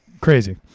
crazy